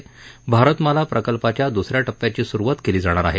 भारतमाला प्रकल्पाच्या दुस या टप्प्याची सुरुवात केली जाणार आहे